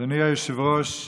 אדוני היושב-ראש,